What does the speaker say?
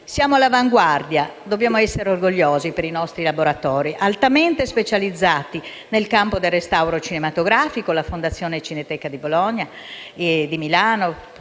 Siamo all'avanguardia e dobbiamo essere orgogliosi dei nostri laboratori altamente specializzati nel campo del restauro cinematografico, come ad esempio la Fondazione Cineteca di Bologna e la